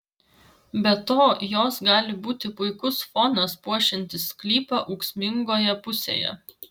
be to jos gali būti puikus fonas puošiantis sklypą ūksmingoje pusėje